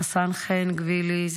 רס"ן רן גואילי,